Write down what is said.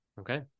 Okay